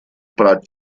prat